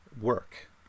work